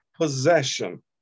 possession